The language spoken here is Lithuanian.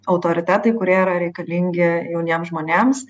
autoritetai kurie yra reikalingi jauniems žmonėms